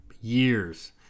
years